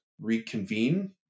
Reconvene